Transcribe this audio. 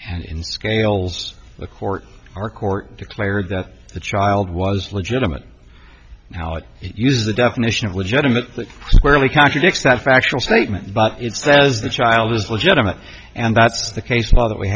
in scales the court our court declared that the child was legitimate valid use the definition of legitimate squarely contradicts that factual statement but it says the child is legitimate and that's the case law that we